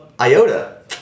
IOTA